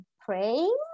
praying